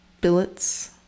billets